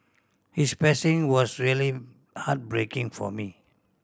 his passing was really heartbreaking for me